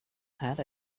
had